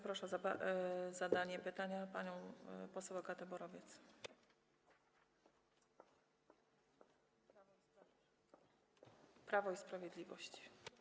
Proszę o zadanie pytania panią poseł Agatę Borowiec, Prawo i Sprawiedliwość.